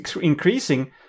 increasing